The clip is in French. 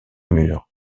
murs